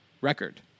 record